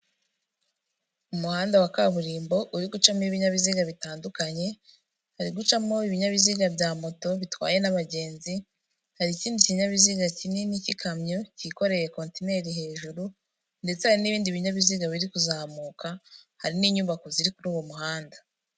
Umuhanda wa kaburimbo uri gucamo ibinyabiziga bitandukanye, hari gucamo ibinyabiziga bya moto bitwaye n'abagenzi, hari ikindi kinyabiziga kinini cy'ikamyo, cyikoreye kotineri hejuru ndetse hari n'ibindi binyabiziga biri kuzamuka, hari n'inyubako ziri kuri uwo muhanda.